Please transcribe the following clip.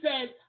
says